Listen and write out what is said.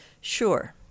Sure